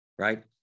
right